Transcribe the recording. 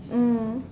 mm